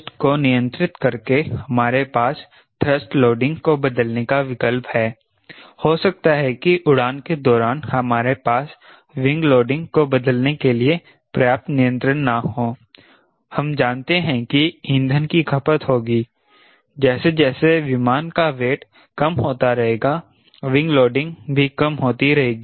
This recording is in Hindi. थ्रस्ट को नियंत्रित करके हमारे पास थ्रस्ट लोडिंग को बदलने का विकल्प हैं हो सकता है कि उड़ान के दौरान हमारे पास विंग लोडिंग को बदलने के लिए प्रयाप्त नियंत्रण न हो हम जानते हैं कि ईंधन की खपत होगी जैसे जैसे विमान का वेट कम होता रहेगा विंग लोडिंग भी कम होती रहेगी